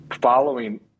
following